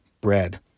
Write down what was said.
bread